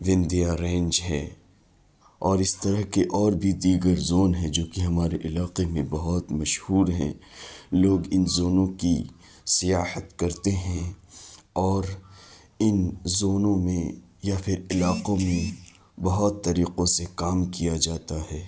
Vindhya range ہے اور اس طرح کے اور بھی دیگر زون ہیں جو کہ ہمارے علاقے میں بہت مشہور ہیں لوگ ان زونوں کی سیاحت کرتے ہیں اور ان زونوں میں یا پھر علاقوں میں بہت طریقوں سے کام کیا جاتا ہے